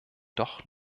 doch